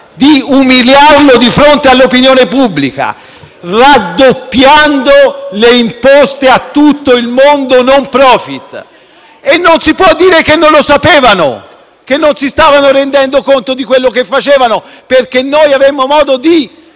di umiliarlo di fronte all'opinione pubblica, raddoppiando le imposte a tutto il mondo *no profit*. Non si può dire che non lo sapevano e che non si stavano rendendo conto di quello che facevano, perché abbiamo avuto modo di